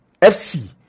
FC